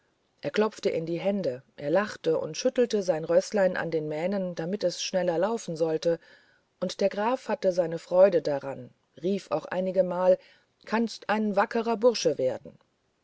er klopfte in die hände er lachte und schüttelte sein rößlein an den mähnen damit es schneller laufen sollte und der graf hatte seine freude daran rief auch einigemal kannst ein wackerer bursche werden